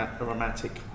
aromatic